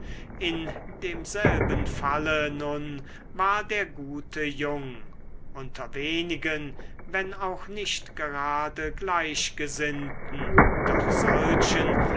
in demselben falle nun war der gute jung unter wenigen wenn auch nicht gerade gleichgesinnten doch solchen